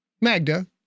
Magda